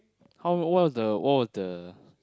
how what was the what was the